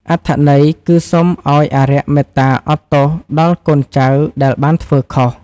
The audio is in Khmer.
អត្ថន័យគឺសុំឱ្យអារក្សមេត្តាអត់ទោសដល់កូនចៅដែលបានធ្វើខុស។